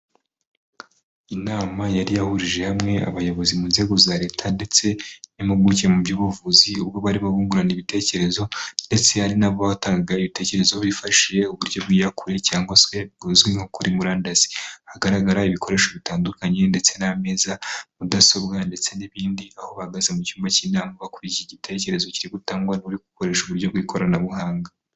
Inama yari yahurije hamwe abayobozi mu nzego za leta ndetse n'impuguke mu by'ubuvuzi, ubwo barimo bungurana ibitekerezo ndetse hari n'abatangaga ibitekerezo bifashishije uburyo bwiyakure cyangwa se buzwi nko kuri murandasi. Hagaragara ibikoresho bitandukanye ndetse n'ameza, mudasobwa ndetse n'ibindi, aho bahagaze mu cyumba cy'inama bakurikiye igitekerezo kiri gutangwa n'uri gukoresha uburyo bw'ikoranabuhanga.